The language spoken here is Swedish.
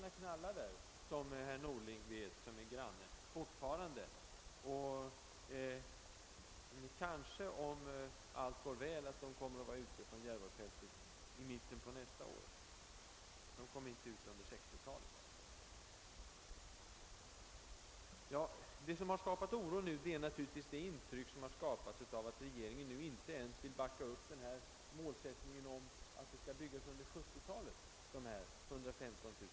Herr Norling, som är granne till fältet, vet att skotten fortfarande knallar där. Om allt går väl kommer kanske militärerna att vara borta från Järvafältet vid mitten av nästa år. De kom alltså inte därifrån under 1960-talet. Nu har naturligtvis oro skapats av att regeringen inte ens vill backa upp målsättningen att de 115 000 bostäderna skall byggas under 1970-talet.